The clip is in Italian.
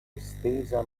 estesa